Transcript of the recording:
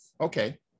okay